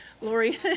Lori